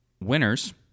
winners